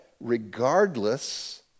regardless